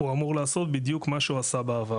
הוא אמור לעשות בדיוק את מה שהוא עשה בעבר.